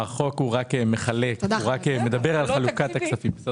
החוק הוא רק מדבר על חלוקת הכספים.